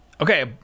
Okay